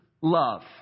love